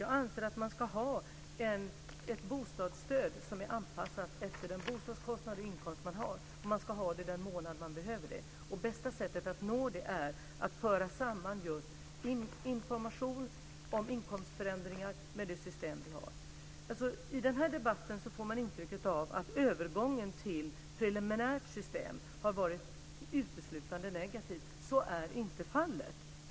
Jag anser att man ska ha ett bostadsstöd som är anpassat efter den bostadskostnad och den inkomst man har, och man ska ha stödet den månad man behöver det. Bästa sättet att nå det är att föra samma information om inkomstförändringar med det system vi har. I den här debatten får man intrycket att övergången till preliminärt system har varit uteslutande negativt. Så är inte fallet.